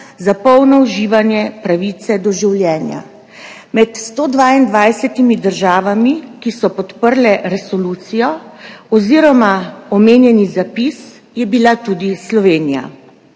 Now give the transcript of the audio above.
za polno uživanje pravice do življenja. Med 122 državami, ki so podprle resolucijo oziroma omenjeni zapis, je bila tudi Slovenija.